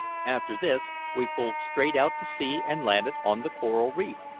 after this we pulled straight out to sea, and landed on the coral reef.